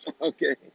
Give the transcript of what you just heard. Okay